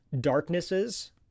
darknesses